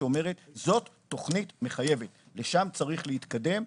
שאומרת שזאת תוכנית מחייבת ולשם צריך להתקדם.